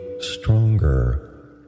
stronger